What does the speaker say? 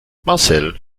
marcel